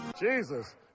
Jesus